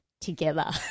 together